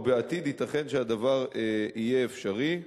ובעתיד ייתכן שהדבר יהיה אפשרי.